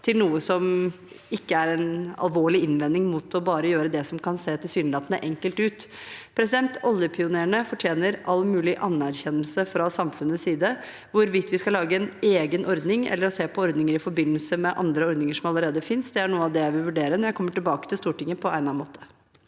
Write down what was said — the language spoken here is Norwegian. til noe som ikke er en alvorlig innvending mot å bare gjøre det som kan se tilsynelatende enkelt ut. Oljepionerene fortjener all mulig anerkjennelse fra samfunnets side. Hvorvidt vi skal lage en egen ordning eller se på ordninger i forbindelse med andre ordninger som allerede finnes, er noe av det jeg vil vurdere når jeg kommer tilbake til Stortinget på egnet måte.